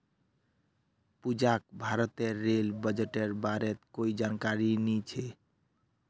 पूजाक भारतेर रेल बजटेर बारेत कोई जानकारी नी छ